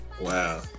Wow